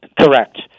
Correct